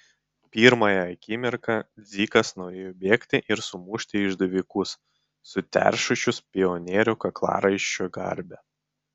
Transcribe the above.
pirmąją akimirką dzikas norėjo bėgti ir sumušti išdavikus suteršusius pionierių kaklaraiščio garbę